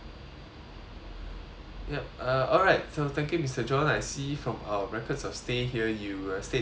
yup uh alright so thank you mister john I see from our records of stay here you uh stayed with us just the